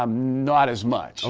um not as much. ah